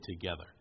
together